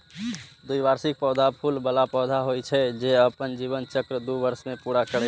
द्विवार्षिक पौधा फूल बला पौधा होइ छै, जे अपन जीवन चक्र दू वर्ष मे पूरा करै छै